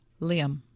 Liam